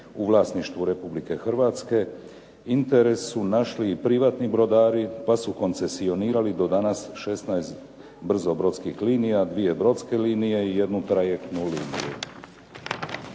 u vlasništvu Republike Hrvatske interes su našli i privatni brodari pa su koncesionirali do danas 16 brzobrodskih linija, dvije brodske linije i jednu trajektnu liniju.